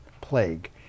Plague